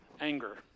Anger